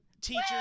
teachers